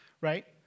right